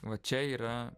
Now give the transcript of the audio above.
va čia yra